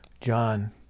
John